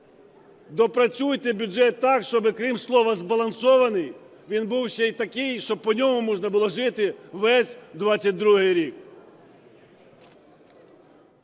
доопрацюйте бюджет так, щоб, крім слова "збалансований", він був ще й такий, щоб по ньому можна було жити весь 2022 рік.